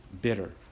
bitter